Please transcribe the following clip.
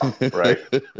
right